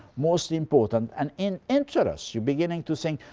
most important, an an interest. you're beginning to think,